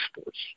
sports